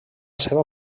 seva